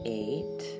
eight